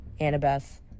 Annabeth